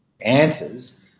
answers